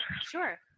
Sure